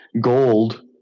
gold